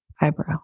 eyebrow